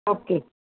okay